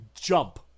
jump